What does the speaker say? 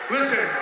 Listen